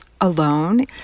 alone